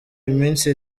iminsi